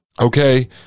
Okay